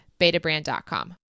Betabrand.com